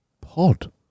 pod